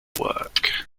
work